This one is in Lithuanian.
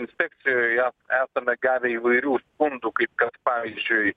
inspekcijoj ją esame gavę įvairių skundų kaip kad pavyzdžiui